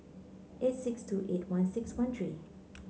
eight six two eight one six one three